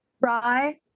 Rye